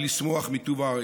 ולשמוח מטוב הארץ.